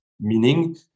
Meaning